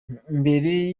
mbere